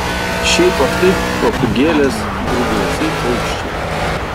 šiaip ar taip papūgėlės grūdlesiai paukščiai